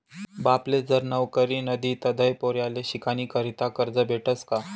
बापले जर नवकरी नशी तधय पोर्याले शिकानीकरता करजं भेटस का?